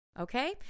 okay